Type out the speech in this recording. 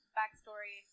backstory